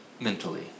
mentally